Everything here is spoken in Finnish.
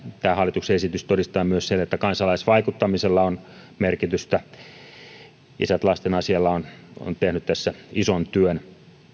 tämä hallituksen esitys todistaa myös sen että kansalaisvaikuttamisella on merkitystä isät lasten asialla on on tehnyt tässä ison työn